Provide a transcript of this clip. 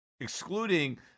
excluding